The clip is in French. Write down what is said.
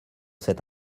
cette